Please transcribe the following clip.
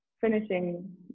finishing